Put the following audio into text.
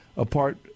apart